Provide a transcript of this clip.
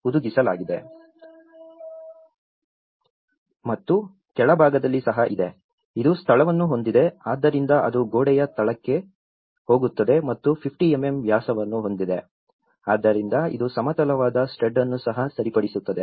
ಮತ್ತು ಕೆಳಭಾಗದಲ್ಲಿ ಸಹ ಇದೆ ಇದು ಸ್ಥಳವನ್ನು ಹೊಂದಿದೆ ಆದ್ದರಿಂದ ಅದು ಗೋಡೆಯ ತಳಕ್ಕೆ ಹೋಗುತ್ತದೆ ಮತ್ತು 50 mm ವ್ಯಾಸವನ್ನು ಹೊಂದಿದೆ ಆದ್ದರಿಂದ ಇದು ಸಮತಲವಾದ ಸ್ಟಡ್ ಅನ್ನು ಸಹ ಸರಿಪಡಿಸುತ್ತದೆ